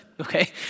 okay